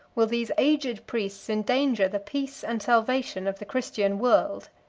will these aged priests endanger the peace and salvation of the christian world.